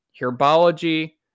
herbology